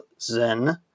Zen